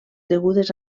degudes